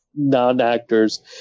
non-actors